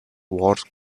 wars